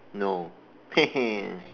no